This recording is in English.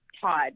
todd